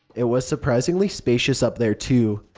it was surprisingly spacious up there, too.